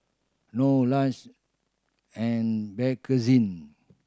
Norr Lush and Bakerzin